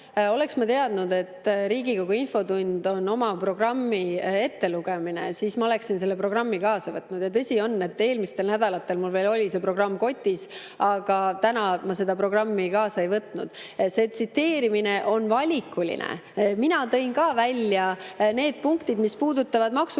Oleks ma teadnud, et Riigikogu infotund on oma programmi ettelugemine, siis ma oleksin selle programmi kaasa võtnud. Tõsi on, et eelmistel nädalatel mul veel oli see programm kotis, aga täna ma seda programmi kaasa ei võtnud. See tsiteerimine on valikuline. Mina tõin ka välja need punktid, mis puudutavad maksukoormust,